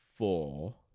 four